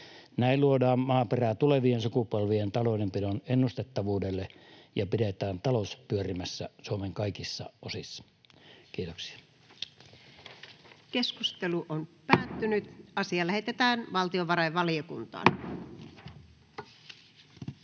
Näin luodaan maaperää tulevien sukupolvien taloudenpidon ennustettavuudelle ja pidetään talous pyörimässä Suomen kaikissa osissa. — Kiitoksia. [Speech 134] Speaker: Ensimmäinen varapuhemies Antti